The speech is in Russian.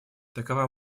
такова